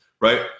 right